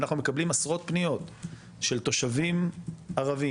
אנחנו מקבלים עשרות פניות של תושבים ערבים